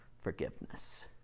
forgiveness